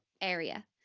area